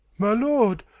my lord,